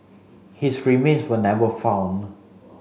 his remains were never found